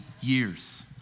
years